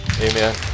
Amen